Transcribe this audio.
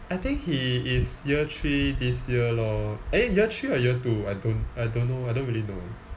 I think he is year three this year lor I think year three or year two I don't I don't know I don't really know